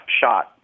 shot